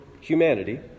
humanity